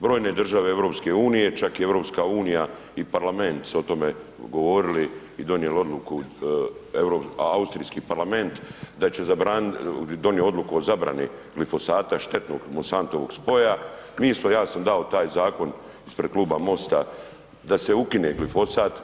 Brojne države EU, čak i EU i parlament su o tome govorili i donijeli odluku, a Austrijski parlament da će zabranit, donio odluku o zabrani glifosata štetnog Monsantovog spoja, mi smo, ja sam dao taj zakon ispred Kluba MOST-a da se ukine glifosat.